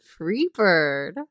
Freebird